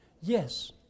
Yes